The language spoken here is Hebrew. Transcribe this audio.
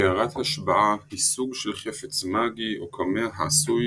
קערת השבעה היא סוג של חפץ מאגי או קמיע העשוי